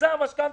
ההארכה